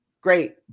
great